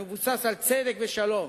המבוסס על צדק ושלום.